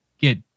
get